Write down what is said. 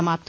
समाप्त